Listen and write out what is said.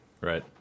right